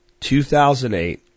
2008